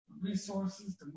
resources